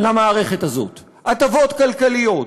למערכת הזאת: הטבות כלכליות,